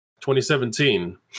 2017